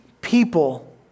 people